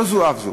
לא זו אף זו,